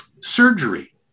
surgery